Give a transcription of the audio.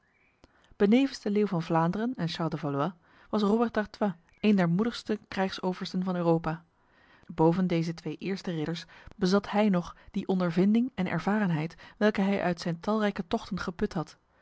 de leeuw van vlaanderen en charles de valois was robert d'artois een der moedigste krijgsoversten van europa boven deze twee eerste ridders bezat hij nog die ondervinding en ervarenheid welke hij uit zijn talrijke tochten geput had